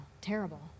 terrible